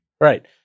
right